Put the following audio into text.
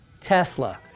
Tesla